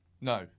No